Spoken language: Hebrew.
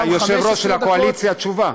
גם 15 דקות, היושב-ראש של הקואליציה, תשובה.